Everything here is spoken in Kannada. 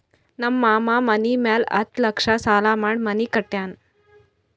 ನಮ್ ಮಾಮಾ ಮನಿ ಮ್ಯಾಲ ಹತ್ತ್ ಲಕ್ಷ ಸಾಲಾ ಮಾಡಿ ಮನಿ ಕಟ್ಯಾನ್